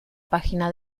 página